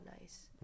nice